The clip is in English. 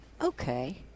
Okay